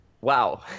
wow